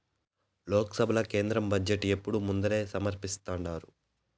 లోక్సభల కేంద్ర బడ్జెటు ఎప్పుడూ ముందరే సమర్పిస్థాండారు